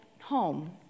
home